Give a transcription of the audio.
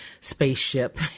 spaceship